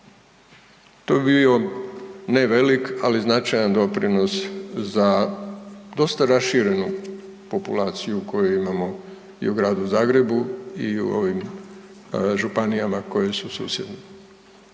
To bi bio nevelik ali značajni doprinos za dosta raširenu populaciju koju imamo i u gradu Zagrebu i u ovim županijama koje su susjedne.